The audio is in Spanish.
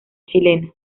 chilena